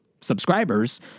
subscribers